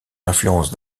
l’influence